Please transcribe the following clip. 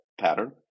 pattern